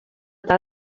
tal